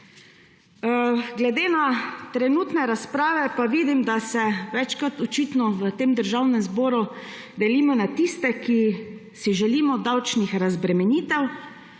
Glede na trenutne razprave pa vidim, da se več kot očitno v tem državnem zboru delimo na tiste, ki si želimo davčnih razbremenitev